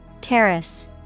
Terrace